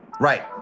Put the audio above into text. Right